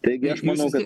taigi aš manau kad